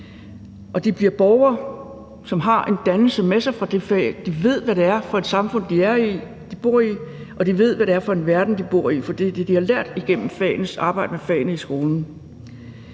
de bliver borgere, som har en dannelse med sig fra det fag; de ved, hvad det er for et samfund, de er i og de bor i, og de ved, hvad det er for en verden, de bor i. For det har de lært igennem arbejdet med fagene i skolen.